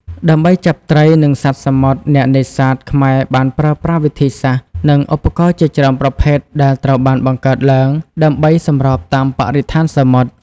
ដើម្បីចាប់ត្រី និងសត្វសមុទ្រ អ្នកនេសាទខ្មែរបានប្រើប្រាស់វិធីសាស្ត្រ និងឧបករណ៍ជាច្រើនប្រភេទដែលត្រូវបានបង្កើតឡើងដើម្បីសម្របតាមបរិស្ថានសមុទ្រ។